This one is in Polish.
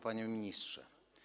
Panie Ministrze!